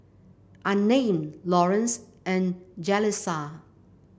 Unnamed Lawrence and Jaleesa